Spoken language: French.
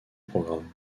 programme